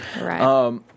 Right